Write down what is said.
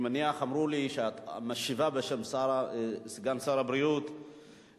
אני מניח שיש כאן לא מעט חברים שמכירים אותו.